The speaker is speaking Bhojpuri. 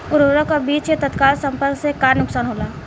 उर्वरक और बीज के तत्काल संपर्क से का नुकसान होला?